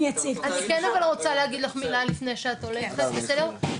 אני כן רוצה להגיד לך מילה לפני שאת הולכת, בסדר?